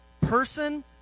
person